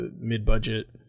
mid-budget